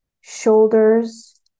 shoulders